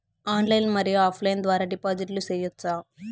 Online మరియు offline ద్వారా డిపాజిట్లు సేయొచ్చా?